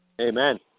Amen